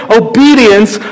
obedience